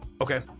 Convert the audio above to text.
Okay